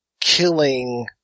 killing